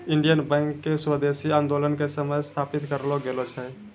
Indian Bank के स्वदेशी आन्दोलनो के समय स्थापित करलो गेलो छै